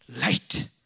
light